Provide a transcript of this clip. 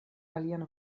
alian